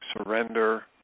surrender